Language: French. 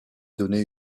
donner